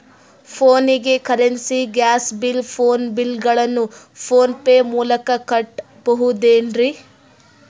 ಫೋನಿಗೆ currency, gas bill, phone bill ಗಳನ್ನು PhonePe ಮೂಲಕ ಕಟ್ಟಬಹುದೇನ್ರಿ?